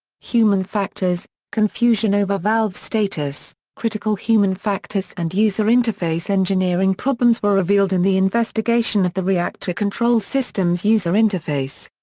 human factors confusion over valve status critical human factors and user interface engineering problems were revealed in the investigation of the reactor control system's user interface.